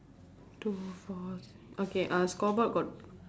two four okay uh scoreboard got